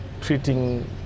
treating